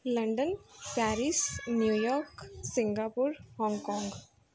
London Paris New York Singapore Hong Kong